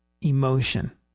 emotion